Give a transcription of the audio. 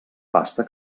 pasta